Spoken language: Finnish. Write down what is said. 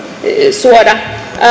suoda